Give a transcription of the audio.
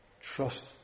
Trust